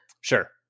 Sure